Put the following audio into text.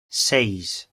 seis